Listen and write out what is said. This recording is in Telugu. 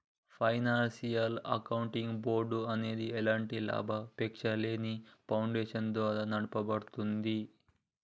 ఫైనాన్షియల్ అకౌంటింగ్ బోర్డ్ అనేది ఎలాంటి లాభాపేక్షలేని ఫౌండేషన్ ద్వారా నడపబడుద్ది